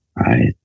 Right